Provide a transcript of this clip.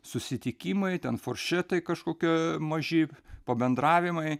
susitikimai ten furšetai kažkokie maži pabendravimai